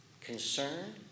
concern